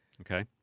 Okay